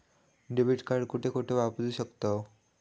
Debit card कुठे कुठे वापरू शकतव?